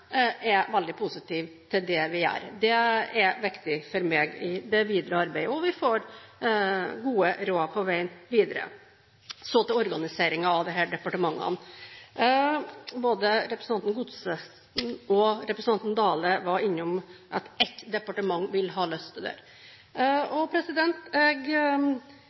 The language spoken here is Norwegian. er veldig positive til det vi gjør. Det er viktig for meg i det videre arbeidet, og vi får gode råd på veien videre. Til organiseringen av disse departementene: Både representanten Godskesen og representanten Dale var innom at ett departement ville ha løst